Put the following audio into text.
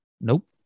nope